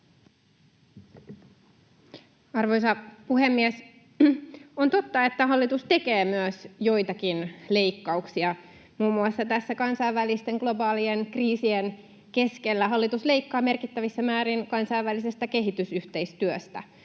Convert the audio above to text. Arvoisa puhemies! On totta, että hallitus tekee myös joitakin leikkauksia. Muun muassa tässä kansainvälisten globaalien kriisien keskellä hallitus leikkaa merkittävissä määrin kansainvälisestä kehitysyhteistyöstä.